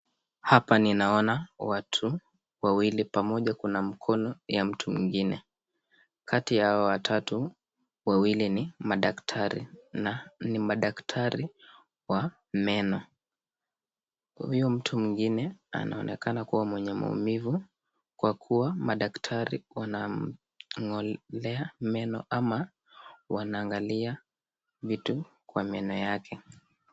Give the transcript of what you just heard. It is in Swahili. Hapa ninaoana watu wawili pamoja kuna mkono ya mtu mwingine. Kati ya hawa watatu wawili ni madaktari na ni madaktari wa meno. Huyu mtu mwingine anaonekana kuwa mwenye maumivu kwa kuwa madaktari wanamng'olea meno ama wanaangalia vitu kwa meno yake.